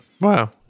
Wow